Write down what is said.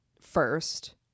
first